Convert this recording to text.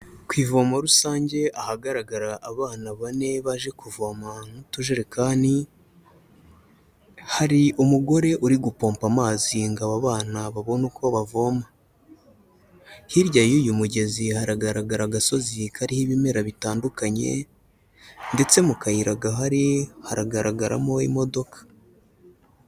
Ku ivomo rusange ahagaragara abana bane baje kuvoma n'utujerekani, hari umugore uri gupompa amazi ngo aba bana babone uko bavoma, hirya y'uyu mugezi haragaragara agasozi kariho ibimera bitandukanye ndetse mu kayira gahari haragaragaramo imodoka.